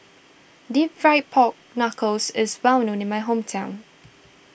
Deep Fried Pork Knuckles is well known in my hometown